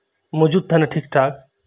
ᱢᱚᱡᱩᱛ ᱛᱟᱦᱮᱱᱟ ᱴᱷᱤᱠᱴᱷᱟᱠ